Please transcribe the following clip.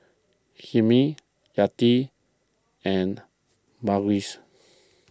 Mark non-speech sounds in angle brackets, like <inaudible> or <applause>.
Hilmi Yati and <unintelligible>